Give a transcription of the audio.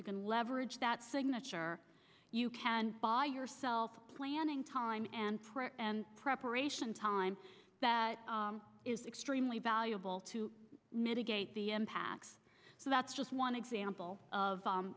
you can leverage that signature you can buy yourself planning time and prayer and preparation time that is extremely valuable to mitigate the impacts so that's just one example of